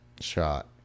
shot